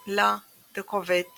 La Découverte